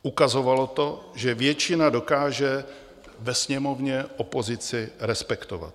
Ukazovalo to, že většina dokáže ve Sněmovně opozici respektovat.